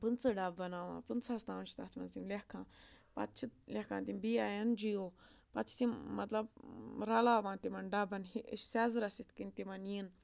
پٕنٛژٕ ڈَبہٕ بَناوان پٕنٛژٕہَس تام چھِ تَتھ منٛز تِم لٮ۪کھان پَتہٕ چھِ لٮ۪کھان تِم B I N G O پَتہٕ چھِ تِم مطلب رَلاوان تِمَن ڈَبَن سٮ۪زرَس یِتھ کٔنۍ تِمَن یِن